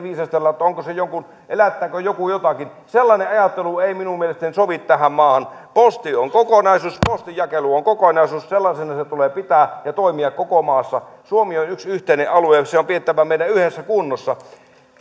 viisastella että elättääkö joku jotakin sellainen ajattelu ei minun mielestäni sovi tähän maahan posti on kokonaisuus postinjakelu on kokonaisuus sellaisena se tulee pitää ja sen pitää toimia koko maassa suomi on yksi yhteinen alue meidän on yhdessä pidettävä se kunnossa